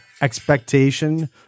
expectation